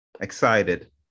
excited